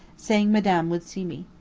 saying madame would see me.